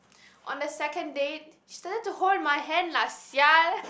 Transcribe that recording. on the second date she doesn't to hold my hand lah sia